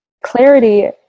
Clarity